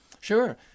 Sure